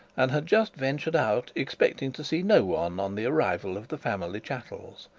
and had just ventured out, expecting to see no one on the arrival of the family chattels.